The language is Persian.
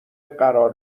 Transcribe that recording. قرار